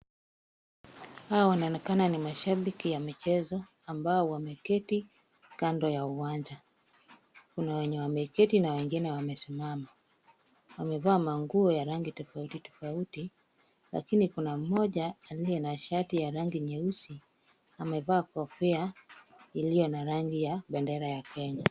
Hawa inaonekana ni mashabiki ya michezo ambao wameketi kando ya uwanja. Kuna wenye wameketi na wengine wamesimama. Wamevaa manguo ya rangi tofauti tofauti lakini kuna moja aliye na shati ya rangi nyeusi amevaa kofia iliyo na rangi ya bendera ya Kenya.